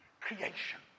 creation